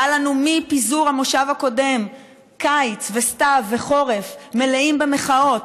מפיזור המושב הקודם היו לנו קיץ וסתיו וחורף מלאים במחאות,